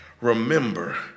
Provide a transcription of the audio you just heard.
remember